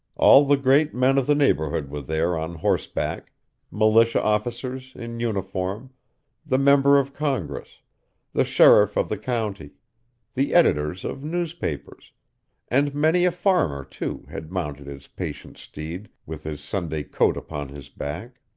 all the great men of the neighborhood were there on horseback militia officers, in uniform the member of congress the sheriff of the county the editors of newspapers and many a farmer, too, had mounted his patient steed, with his sunday coat upon his back.